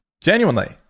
genuinely